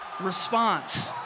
response